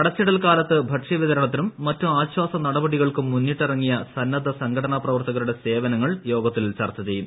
അടച്ചിടൽ കാലത്ത് ഭക്ഷ്യ വിതരണത്തിനും മറ്റ് ആശ്വാസ നടപടികൾക്കും മുന്നിട്ടിറങ്ങിയ സന്നദ്ധ സംഘടനാ പ്രവർത്തകരുടെ സേവനങ്ങൾ യോഗത്തിൽ ചർച്ച ചെയ്യും